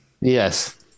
Yes